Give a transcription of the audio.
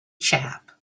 chap